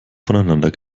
voneinander